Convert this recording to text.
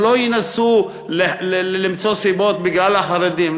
שלא ינסו למצוא סיבות בגלל החרדים.